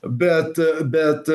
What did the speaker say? bet bet